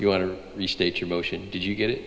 you want to restate your motion did you get it